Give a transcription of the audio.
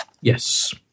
Yes